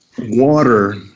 Water